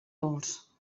dolç